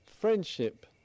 friendship